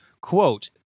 Quote